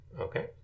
okay